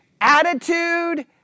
attitude